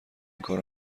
کارو